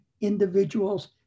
individuals